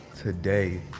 Today